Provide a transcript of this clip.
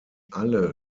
alle